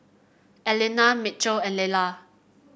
Einar Mitchel and Lella